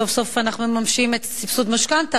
סוף-סוף אנחנו מממשים סבסוד משכנתה,